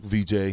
VJ